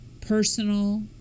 personal